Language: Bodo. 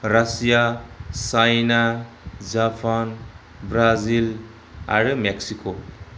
रासिया चाइना जापान ब्राजिल आरो मेक्सिक'